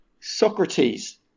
Socrates